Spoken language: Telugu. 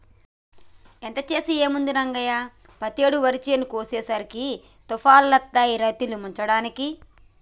ఎంత చేసినా ఏముంది రంగయ్య పెతేడు వరి చేను కోసేసరికి తుఫానులొత్తాయి రైతుల్ని ముంచడానికి